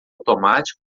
automático